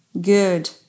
Good